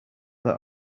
that